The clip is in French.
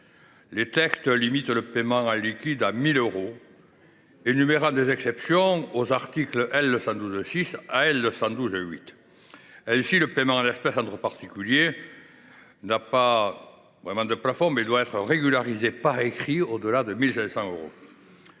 Les textes limitent le paiement en liquide à 1 000 euros, énumérant des exceptions aux articles L. 112 6 à L. 112 8. Ainsi, le paiement en espèces entre particuliers n’a pas de plafond, mais il doit être régularisé par écrit au delà de 1 500 euros.